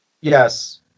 Yes